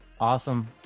Awesome